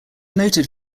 noted